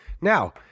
Now